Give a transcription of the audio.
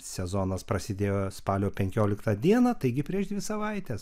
sezonas prasidėjo spalio penkioliktą dieną taigi prieš dvi savaites